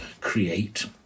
create